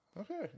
okay